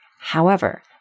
However